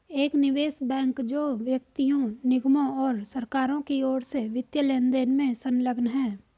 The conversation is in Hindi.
एक निवेश बैंक जो व्यक्तियों निगमों और सरकारों की ओर से वित्तीय लेनदेन में संलग्न है